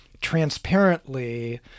transparently